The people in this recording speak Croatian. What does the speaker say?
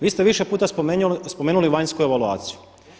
Vi ste više puta spomenuli vanjsku evaluaciju.